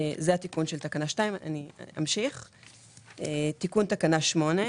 תיקון תקנה 83. בתקנה 8(א)